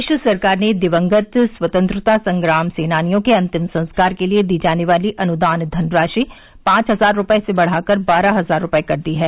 प्रदेश सरकार ने दिवंगत स्वतंत्रता संग्राम सेनानियों के अंतिम संस्कार के लिए दी जाने वाली अनुदान धनराशि पांच हजार रूपये से बढ़ाकर बारह हजार रूपये कर दी है